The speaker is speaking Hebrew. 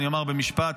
אומר במשפט,